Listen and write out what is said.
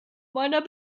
meiner